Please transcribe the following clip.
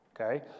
okay